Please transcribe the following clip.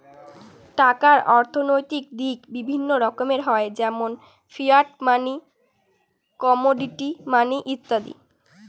টাকার অর্থনৈতিক দিক বিভিন্ন রকমের হয় যেমন ফিয়াট মানি, কমোডিটি মানি ইত্যাদি